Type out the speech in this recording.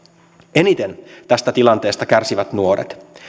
eniten tästä tilanteesta kärsivät nuoret